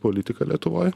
politika lietuvoj